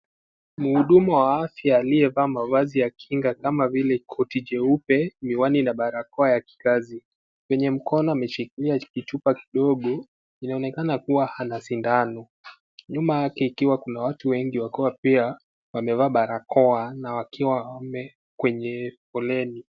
Mhudumu wa afya aliyevaa mavazi ya kinga kama vile koti jeupe, miwani na barakoa ya kikazi. Kwenye mkono ameshikilia kijichupa kidogo, inaonekana kuwa ana shindano. Nyuma yake ikiwa kuna watu wengi wakiwa pia wamevaa barakoa na wakiwa wamo kwenye foleni.